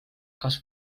kas